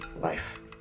life